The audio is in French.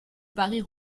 paris